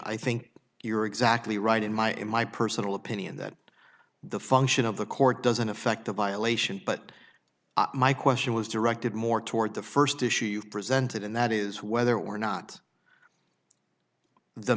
i think you're exactly right in my in my personal opinion that the function of the court doesn't affect the violation but my question was directed more toward the first issue you presented and that is whether or not the